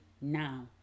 now